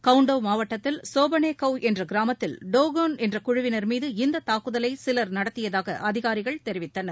கவுன்ட்டவ் மாவட்டத்தில் சோபானே கவ் என்ற கிராமத்தில் டோகோள் என்ற குழுவினர் மீது இந்த தாக்குதலை சிலர் நடத்தியதாக அதிகாரிகள் தெரிவித்தனர்